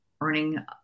earning